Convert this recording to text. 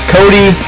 Cody